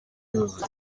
yuzuye